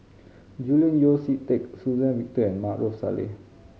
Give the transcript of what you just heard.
Julian Yeo See Teck Suzann Victor and Maarof Salleh